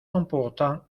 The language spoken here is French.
important